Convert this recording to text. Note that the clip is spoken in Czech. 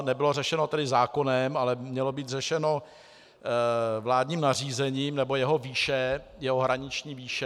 Nebylo řešeno tedy zákonem, ale mělo být řešeno vládním nařízením, nebo jeho výše, jeho hraniční výše.